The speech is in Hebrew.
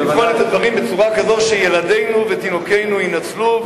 לבחון את הדברים בצורה כזו שילדינו ותינוקינו יינצלו,